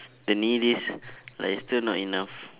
the needy like it's still not enough